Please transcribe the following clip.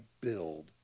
build